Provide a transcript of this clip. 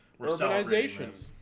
urbanization